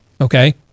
okay